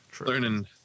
learning